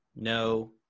No